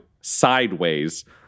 sideways